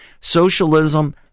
Socialism